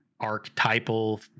archetypal